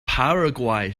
paraguay